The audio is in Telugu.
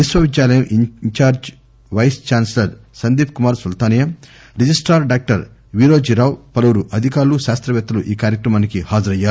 విశ్వవిద్యాలయం in charge vice chancellor Sandeep Kumar Sultania registrar doctor వీరోజీరావు పలువురు అధికారులు శాస్తపేత్తలు ఈ కార్చక్రమానికి హాజరయ్యారు